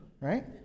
right